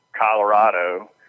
Colorado